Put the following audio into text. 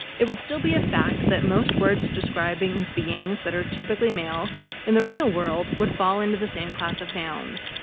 it would still be a fact that most words describing beings that are typically male in the real world fall into the same class of nouns,